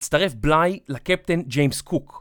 תצטרף בליי לקפטן ג'יימס קוק